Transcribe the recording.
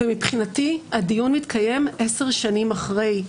ומבחינתי הדיון מתקיים עשר שנים אחרי.